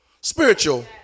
Spiritual